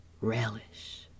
relish